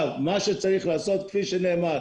מה שצריך לעשות, כפי שנאמר,